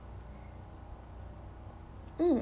mm